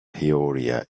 peoria